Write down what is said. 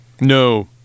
No